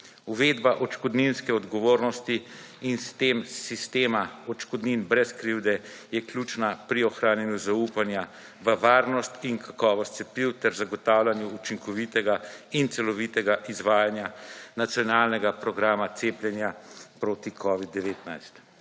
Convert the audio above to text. Uvedba odškodninske odgovornosti in s tem sistema odškodnin brez krivde, je ključna pri ohranjanju zaupanja v varnost in kakovost cepiv, ter zagotavljanju učinkovitega in celovitega izvajanja nacionalnega programa cepljenja proti Covid-19.